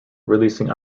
releasing